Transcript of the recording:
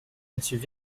monsieur